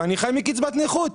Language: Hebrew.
ואני חי מקצבת נכות?